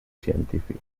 científic